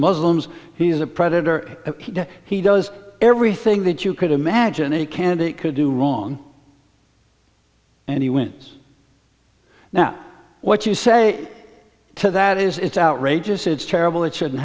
muslims he's a predator he does everything that you could imagine a candidate could do wrong and he wins now what you say to that is it's outrageous it's terrible it shouldn't